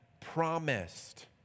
promised